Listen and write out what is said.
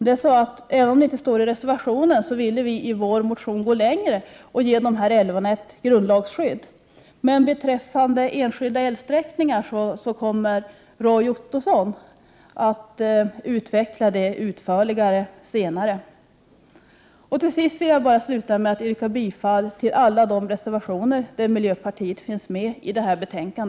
Även om det inte framgår av vår reservation ville vi gå längre här, som framgår av vår motion. Vi vill nämligen att dessa älvar skall få ett grundlagsskydd. Men beträffande enskilda älvsträckningar kommer Roy Ottosson senare i debatten att mera utförligt utveckla våra synpunkter. Till sist yrkar jag bifall till alla reservationer i detta betänkande som vi i miljöpartiet har varit med om att underteckna.